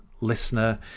listener